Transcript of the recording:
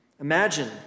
Imagine